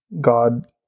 God